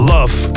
Love